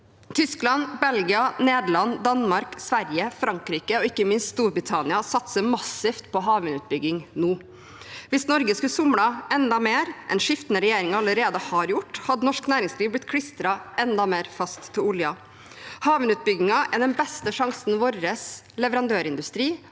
Tyskland, Belgia, Nederland, Danmark, Sverige, Frankrike og ikke minst Storbritannia satser massivt på havvindutbygging nå. Hvis Norge skulle somlet enda mer enn skiftende regjeringer allerede har gjort, hadde norsk næringsliv blitt klistret enda mer fast til oljen. Havvindut byggingen er den beste sjansen vår leverandørindustri